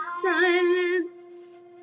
Silence